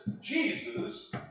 Jesus